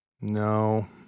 No